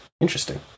interesting